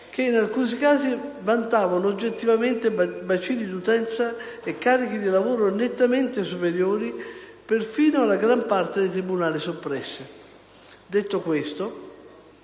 che, in alcuni casi, vantavano oggettivamente bacini di utenza e carichi di lavoro nettamente superiori perfino alla gran parte dei tribunali soppressi. Detto questo,